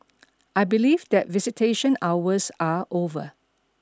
I believe that visitation hours are over